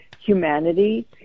humanity